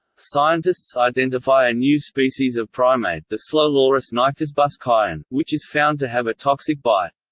scientists identify a new species of primate, the slow loris nycticebus kayan, which is found to have a toxic bite.